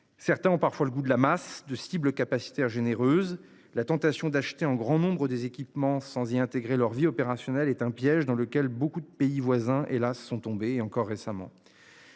Certains ont parfois le goût de la masse de cibles capacité généreuse, la tentation d'acheter en grand nombre des équipements sans y intégrer leur vie opérationnelle est un piège dans lequel beaucoup de pays voisins et là, sont tombés et encore récemment.